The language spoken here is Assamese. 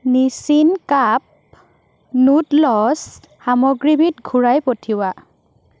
নিছিন কাপ নুডলছ সামগ্ৰীবিধ ঘূৰাই পঠিওৱা